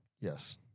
Yes